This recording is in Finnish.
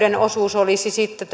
ja sosiaalipuolen osuus olisi sitten